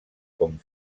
com